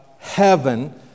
heaven